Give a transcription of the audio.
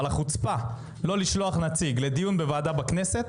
אבל החוצפה לא לשלוח נציג לדיון בוועדה בכנסת,